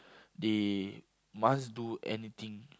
they must do anything